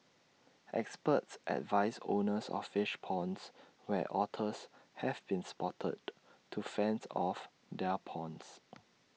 experts advise owners of fish ponds where otters have been spotted to fence off their ponds